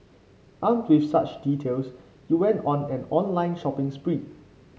armed with such details he went on an online shopping spree